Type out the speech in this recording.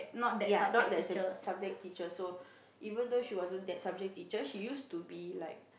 ya not that sub~ subject teacher so even though she wasn't that subject teacher she used to be like